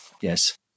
yes